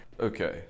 Okay